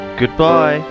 Goodbye